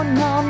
no